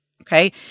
okay